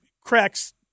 cracks